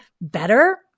better